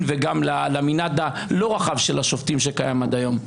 וגם למנעד הלא רחב של השופטים שקיים עד היום.